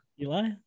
Eli